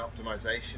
optimization